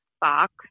box